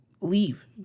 leave